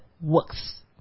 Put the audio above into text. works